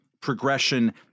progression